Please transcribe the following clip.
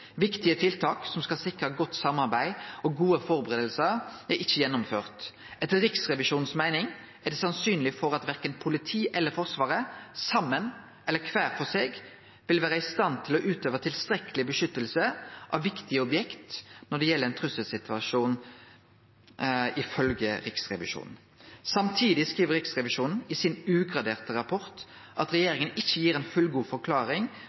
Viktige tiltak som skal sikre godt samarbeid og gode førebuingar, er ikkje gjennomførte. Riksrevisjonen meiner at det er sannsynleg at verken politiet eller Forsvaret, saman eller kvar for seg, vil vere i stand til å utøve tilstrekkeleg beskyttelse av viktige objekt i ein trusselsituasjon. Samtidig skriv Riksrevisjonen i sin ugraderte rapport at regjeringa ikkje gir ei fullgod forklaring